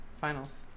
finals